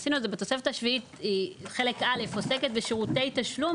התוספת השביעית עוסקת בשירותי תשלום